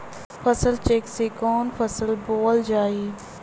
फसल चेकं से कवन फसल बोवल जाई?